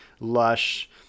lush